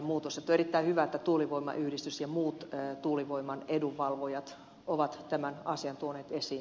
on erittäin hyvä että tuulivoimayhdistys ja muut tuulivoiman edunvalvojat ovat tämän asian tuoneet esiin